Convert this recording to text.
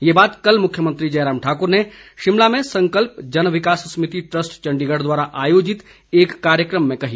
ये बात कल मुख्यमंत्री जयराम ठाकुर ने शिमला में संकल्प जन विकास समिति ट्रस्ट चंडीगढ़ द्वारा आयोजित एक कार्यक्रम में कही